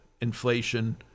inflation